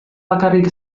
bakarrik